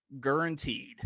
guaranteed